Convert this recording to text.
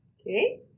Okay